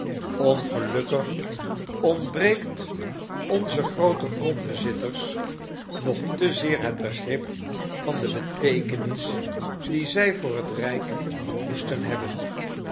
ongelukkig ontbreekt onzen grooten grondbezitters nog te zeer het begrip van de beteekenis die zij voor het rijk moesten hebben